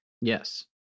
Yes